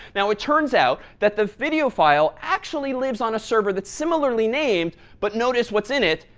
now it turns out that the video file actually lives on a server that similarly named, but notice what's in it.